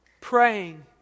praying